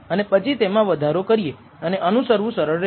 અને પછી તેમાં વધારો કરી અને અનુસરવું સરળ રહેશે